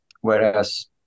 whereas